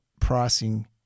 pricing